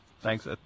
thanks